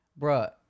Bruh